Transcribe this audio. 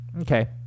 Okay